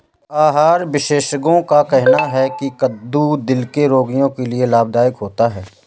आहार विशेषज्ञों का कहना है की कद्दू दिल के रोगियों के लिए लाभदायक होता है